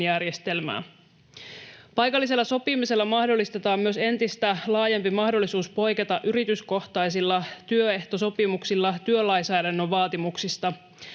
järjestelmää. Paikallisella sopimisella mahdollistetaan myös entistä laajempi mahdollisuus poiketa yrityskohtaisilla työehtosopimuksilla työlainsäädännön vaatimuksista.